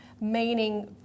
meaning